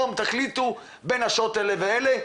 תחליטו שביום מסוים בין השעות האלה והאלה,